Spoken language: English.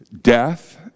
death